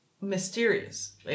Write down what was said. mysterious